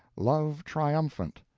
love triumphant.